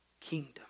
kingdom